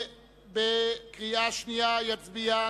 התשס”ט 2009?